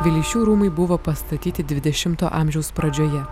vileišių rūmai buvo pastatyti dvidešimto amžiaus pradžioje